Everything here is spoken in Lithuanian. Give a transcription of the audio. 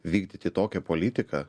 vykdyti tokią politiką